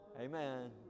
Amen